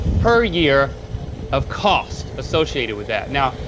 per year of cost associated with that, now,